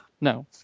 No